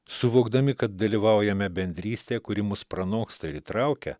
suvokdami kad dalyvaujame bendrystėje kuri mus pranoksta ir įtraukia